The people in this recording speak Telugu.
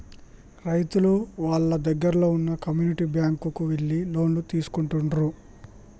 రైతులు వాళ్ళ దగ్గరల్లో వున్న కమ్యూనిటీ బ్యాంక్ కు ఎళ్లి లోన్లు తీసుకుంటుండ్రు